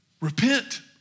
Repent